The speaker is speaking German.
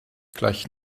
gleich